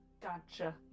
Gotcha